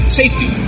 safety